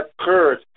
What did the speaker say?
occurred